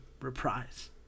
reprise